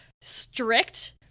strict